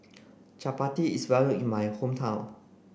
chapati is well known in my hometown